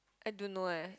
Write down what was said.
I don't know eh